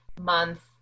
month